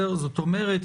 זאת אומרת,